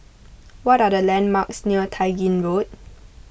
what are the landmarks near Tai Gin Road